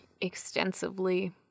extensively